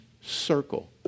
circle